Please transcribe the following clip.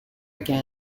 again